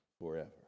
forever